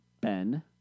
Ben